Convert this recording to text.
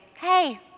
hey